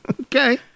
Okay